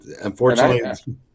unfortunately